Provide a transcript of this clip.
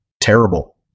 terrible